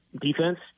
defense